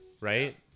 Right